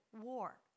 war